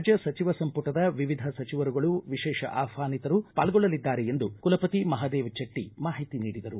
ರಾಜ್ಯ ಸಚಿವ ಸಂಪುಟದ ವಿವಿಧ ಸಚಿವರುಗಳು ವಿಶೇಷ ಆಹ್ವಾನಿತರು ಪಾಲ್ಗೊಳ್ಳಲಿದ್ದಾರೆ ಎಂದು ಕುಲಪತಿ ಮಹಾದೇವ ಚೆಟ್ಟ ಮಾಹಿತಿ ನೀಡಿದರು